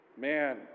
man